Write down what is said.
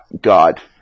god